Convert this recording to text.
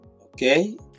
Okay